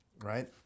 right